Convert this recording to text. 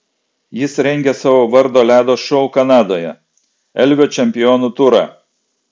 jis rengia savo vardo ledo šou kanadoje elvio čempionų turą